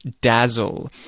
Dazzle